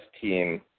team